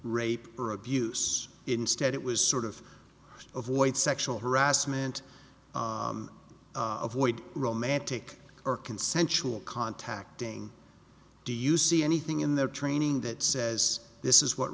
rape or abuse instead it was sort of avoid sexual harassment avoid romantic or consensual contacting do you see anything in their training that says this is what